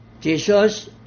Jesus